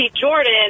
jordan